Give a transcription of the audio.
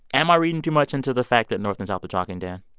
am i reading too much into the fact that north and south are talking, dan?